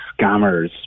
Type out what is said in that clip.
scammers